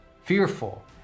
fearful